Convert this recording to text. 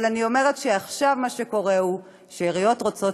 אבל אני אומרת שעכשיו מה שקורה הוא שעיריות רוצות